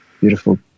beautiful